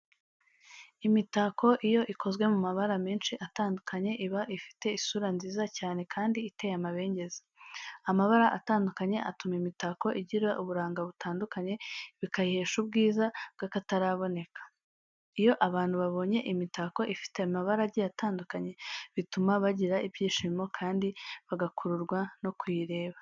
Imitako iyo ikozwe mu mabara menshi atandukanye, iba ifite isura nziza cyane kandi iteye amabengeza. Amabara atandukanye atuma imitako igira uburanga butandukanye, bikayihesha ubwiza bw’akataraboneka. Iyo abantu babonye imitako ifite amabara agiye atandukanye, bituma bagira ibyishimo kandi bagakururwa no kuyireba.